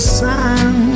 sun